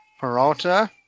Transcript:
Peralta